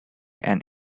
and